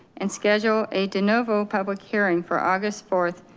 and schedule a denovo public hearing for august fourth,